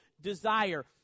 desire